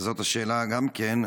וזאת השאלה גם כן,